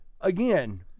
again